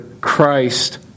Christ